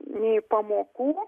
nei pamokų